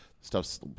stuff's